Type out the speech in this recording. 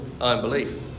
Unbelief